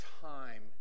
time